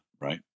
right